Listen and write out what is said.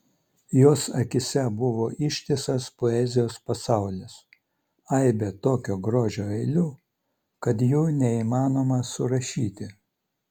jos akyse buvo ištisas poezijos pasaulis aibė tokio grožio eilių kad jų neįmanoma surašyti